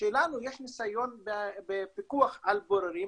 לנו יש ניסיון בפיקוח על בוררים,